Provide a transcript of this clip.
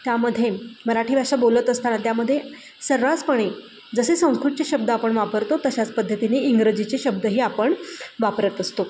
त्यामध्ये मराठी भाषा बोलत असताना त्यामध्ये सर्रासपणे जसे संस्कृतचे शब्द आपण वापरतो तशाच पद्धतीने इंग्रजीचे शब्दही आपण वापरत असतो